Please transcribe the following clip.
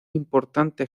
importante